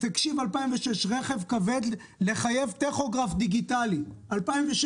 ב-2006 הורו לחייב רכב כבד בטכוגרף דיגיטלי 2006,